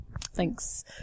Thanks